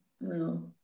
No